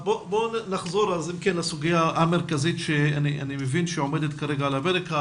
בואו נחזור אם כן לסוגיה המרכזית שאני מבין שעומדת כרגע על הפרק,